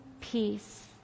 peace